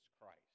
Christ